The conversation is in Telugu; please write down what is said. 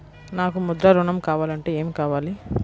నాకు ముద్ర ఋణం కావాలంటే ఏమి కావాలి?